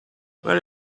where